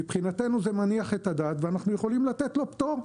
מבחינתנו זה מניח את הדעת ואנחנו יכולים לתת לו פטור,